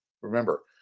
Remember